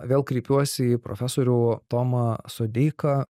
vėl kreipiuosi į profesorių tomą sodeiką